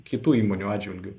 kitų įmonių atžvilgiu